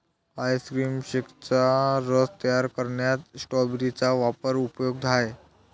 ice cream शेकचा रस तयार करण्यात स्ट्रॉबेरी चा वापर उपयुक्त आहे